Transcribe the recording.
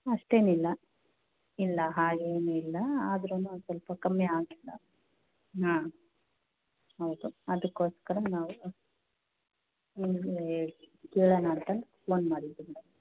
ಅಷ್ಟೇನಿಲ್ಲ ಇಲ್ಲ ಹಾಗೇನೂ ಇಲ್ಲ ಆದ್ರು ಸ್ವಲ್ಪ ಕಮ್ಮಿ ಆಗಿಲ್ಲ ಹಾಂ ಹೌದು ಅದಕೋಸ್ಕರ ನಾವು ನಿಮಗೆ ಕೇಳೋಣ ಅಂತ ಫೋನ್ ಮಾಡಿದ್ದು ಮ್ಯಾಮ್